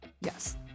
Yes